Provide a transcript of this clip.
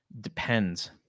depends